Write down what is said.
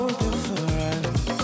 different